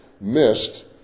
missed